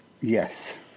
Yes